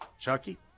chucky